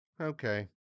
okay